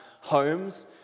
homes